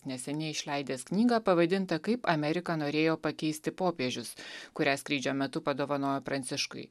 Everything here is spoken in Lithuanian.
neseniai išleidęs knygą pavadintą kaip amerika norėjo pakeisti popiežius kurią skrydžio metu padovanojo pranciškui